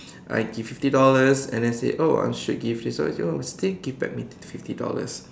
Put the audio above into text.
I give fifty dollars and they said oh I should give this oh still give back me fifty dollars